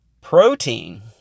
Protein